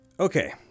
Okay